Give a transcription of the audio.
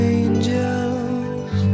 angels